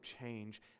change